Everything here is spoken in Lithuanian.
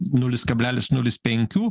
nulis kablelis nulis penkių